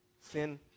Sin